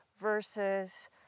versus